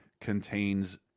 contains